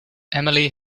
emily